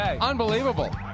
Unbelievable